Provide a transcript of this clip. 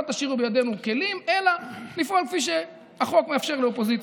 לא תשאירו בידינו כלים אלא לפעול כפי שהחוק מאפשר לאופוזיציה.